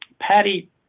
Patty